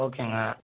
ஓகேங்க